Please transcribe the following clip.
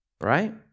Right